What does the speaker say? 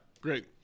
great